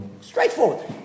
Straightforward